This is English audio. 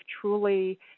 truly